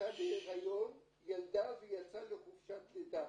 נכנסה להריון, ילדה ויצאה לחופשת לידה.